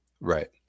right